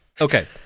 Okay